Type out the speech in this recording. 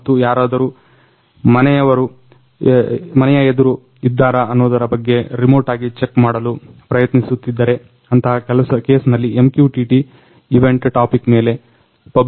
ಮತ್ತು ಯಾರಾದರೂ ಮನೆಯಯ ಎದುರ ಇದ್ದಾರ ಅನ್ನೊದರ ಬಗ್ಗೆ ರಿಮೋಟ್ ಆಗಿ ಚೆಕ್ ಮಾಡಲು ಪ್ರಯತ್ನಿಸುತ್ತಿದ್ದರೆ ಅಂತಹ ಕೇಸ್ನಲ್ಲಿ MQTT ಇವೆಂಟ್ ಟಾಪಿಕ್ ಮೇಲೆ ಪಬ್ಲಿಷ್ ಆಗುತ್ತದೆ